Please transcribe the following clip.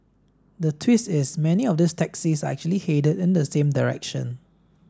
the twist is many of these taxis are actually headed in the same direction